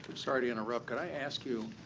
sorry to interrupt. could i ask you,